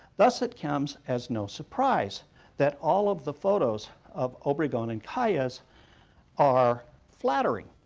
thus it comes as no surprise that all of the photos of obregon and calles are flattering.